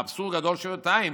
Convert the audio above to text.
האבסורד גדול שבעתיים